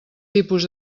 tipus